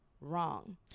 wrong